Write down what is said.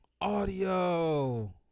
Audio